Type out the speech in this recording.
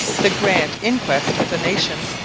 the grand inquest of the nation.